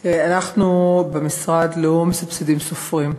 תראה, אנחנו במשרד לא מסבסדים סופרים,